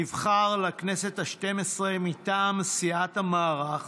נבחר לכנסת השתים-עשרה מטעם סיעת המערך